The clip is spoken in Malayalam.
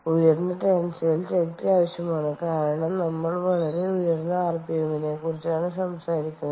ഉയർന്ന ടെൻസൈൽ ശക്തി ആവശ്യമാണ് കാരണം നമ്മൾ വളരെ ഉയർന്ന ആർപിഎമ്മിനെക്കുറിച്ചാണ് സംസാരിക്കുന്നത്